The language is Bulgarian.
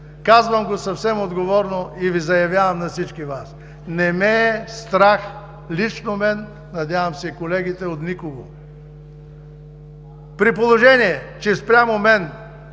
Казвам го съвсем отговорно и заявявам на всички Вас: не ме е страх лично мен, надявам се и колегите, от никого. При положение че спрямо мен